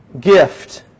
gift